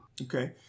Okay